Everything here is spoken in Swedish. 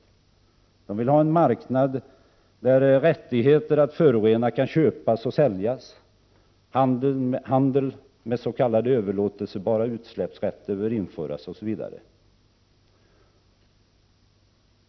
Folkpartiet vill ha en marknad där rättigheter att förorena kan köpas och säljas. Handel med s.k. överlåtelsebara utsläpp bör införas, osv.